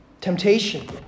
Temptation